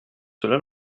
cela